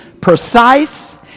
precise